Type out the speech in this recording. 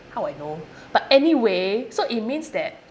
how I know but anyway so it means that